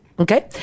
Okay